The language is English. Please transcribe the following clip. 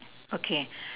okay